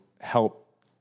help